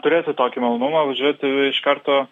turėti tokį malonumą važiuoti iš karto